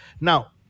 Now